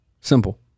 Simple